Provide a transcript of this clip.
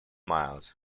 mines